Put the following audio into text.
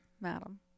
madam